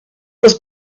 was